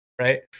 Right